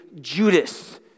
Judas